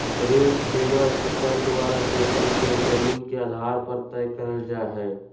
ऋण सीमा किसान द्वारा जोतल गेल जमीन के आधार पर तय करल जा हई